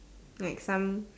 like some